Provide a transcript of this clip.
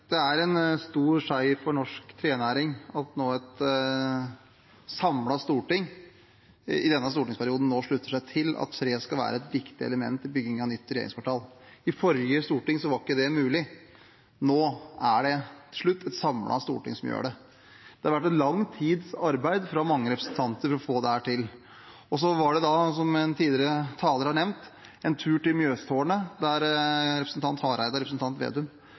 ordet, har en taletid på inntil 3 minutter. Det er en stor seier for norsk trenæring at et samlet storting i denne stortingsperioden slutter seg til at tre skal være et viktig element i byggingen av et nytt regjeringskvartal. I forrige storting var ikke det mulig. Nå er det et samlet storting som gjør det. Mange representanter har arbeidet lenge for å få dette til. Som en tidligere taler har nevnt: Det var på en tur til Mjøstårnet at representanten Hareide og representanten Vedum,